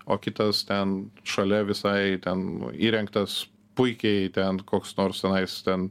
o kitas ten šalia visai ten įrengtas puikiai ten koks nors tenais ten